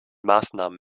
maßnahmen